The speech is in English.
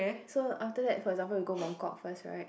so after for example we go Mongkok first [right]